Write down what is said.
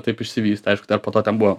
taip išsivystė aišku te po to ten buvo